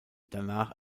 danach